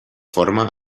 forma